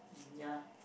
ya lah